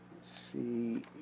see